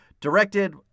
directed